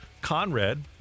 Conrad